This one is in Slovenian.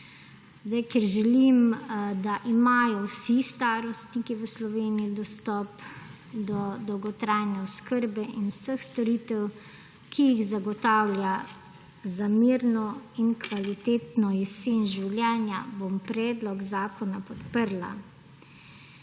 Ker želim, da imajo vsi starostniki v Sloveniji dostop do dolgotrajne oskrbe in vseh storitev, ki jim zagotavlja mirno in kvalitetno jesen življenja, bom predlog zakona podprla.